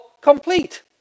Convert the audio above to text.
complete